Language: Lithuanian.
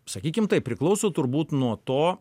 sakykim taip priklauso turbūt nuo to